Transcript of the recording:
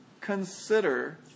consider